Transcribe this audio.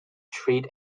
treat